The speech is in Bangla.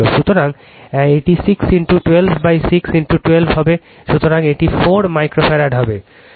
সুতরাং এটি 6 126 12 হবে সুতরাং এটি 4 মাইক্রোফ্যারাড হবে